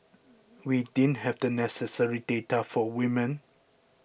we didn't have the necessary data for women